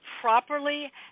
properly